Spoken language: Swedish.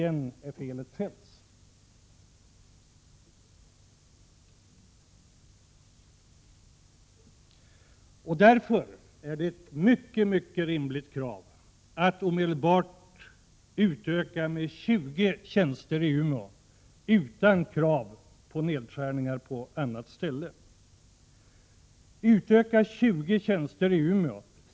Felet är återigen Feldts. Därför är det ett mycket rimligt krav att omedelbart utöka antalet utbildningsplatser med 20 i Umeå utan krav på nedskärningar på annat håll. Utöka med 20 utbildningsplatser i Umeå!